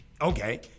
Okay